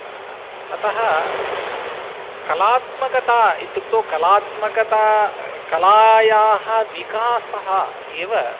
अतः कलात्मकता इत्युक्तौ कलात्मकता कलायाः विकासः एव